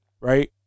right